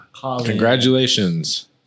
Congratulations